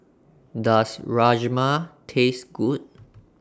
Does Rajma Taste Good